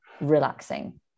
relaxing